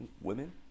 women